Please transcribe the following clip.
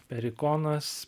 per ikonas